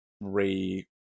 re